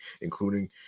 including